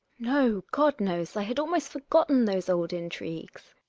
no god knows, i had almost forgotten those old intrigues.